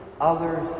others